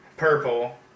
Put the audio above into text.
purple